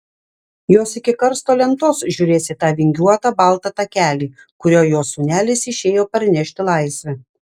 jos iki karsto lentos žiūrės į tą vingiuotą baltą takelį kuriuo jos sūnelis išėjo parnešti laisvę